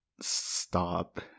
stop